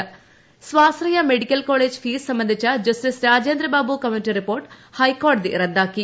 സ്വാശ്രയ ഫീസ് സ്വാശ്രയ medical college fees സംബന്ധിച്ച ജസ്റ്റിസ് രാജേന്ദ്ര കമ്മിറ്റി റിപ്പോർട്ട് ഹൈക്കോടതി റദ്ദാക്കി